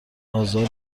آزار